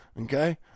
okay